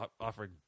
offering